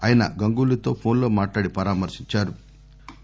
ఆయన గంగూలీతో ఫోన్ లో మాట్హడి పరామర్భించారు